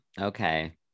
Okay